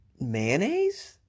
mayonnaise